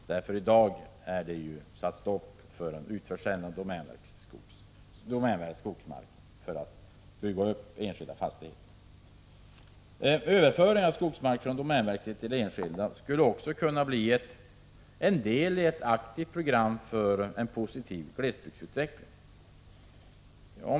I dag är det ju stopp för utförsäljning av domänverkets skogsmark för att bygga upp enskilda fastigheter. Överföring av skogsmark från domänverket till enskilda skulle också kunna bli en del av ett program för en aktiv glesbygdsutveckling.